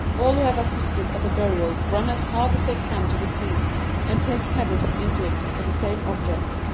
all who have assisted at a burial run as hard as they can to the sea and take headers into it for the same object.